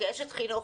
כאשת חינוך,